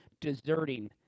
deserting